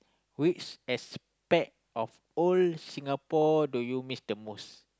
which aspect of old Singapore do you miss the most